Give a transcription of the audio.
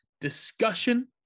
discussion